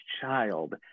child